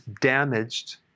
damaged